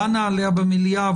דנה עליה במליאה,